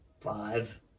Five